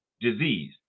disease